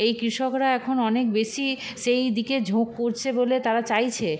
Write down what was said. এই কৃষকরা এখন অনেক বেশি সেই দিকে ঝোঁক করছে বলে তারা চাইছে